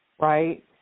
right